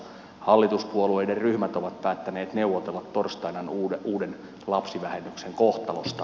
hallituspuolueiden ryhmät ovat päättäneet neuvotella torstaina uuden lapsivähennyksen kohtalosta